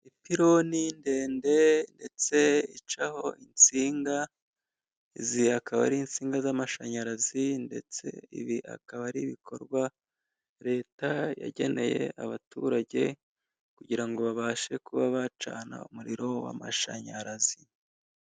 Ipironi ndende ndetse icaho insinga, izi akaba ari insinga z'amashanyarazi ndetse ibi akaba ari ibikorwa Leta yageneye abaturage kugira ngo babashe kuba bacana umuriro w'amashanyarazi.